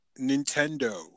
Nintendo